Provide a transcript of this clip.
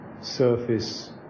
surface